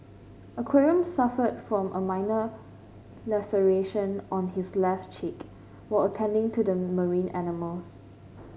aquarium suffered from a minor laceration on his left cheek while attending to the marine animals